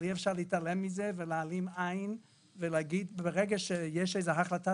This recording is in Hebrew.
אבל אי אפשר להתעלם מזה ולהעלים עין ולהגיד: ברגע שיש איזה החלטה,